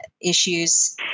issues